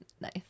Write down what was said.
Nice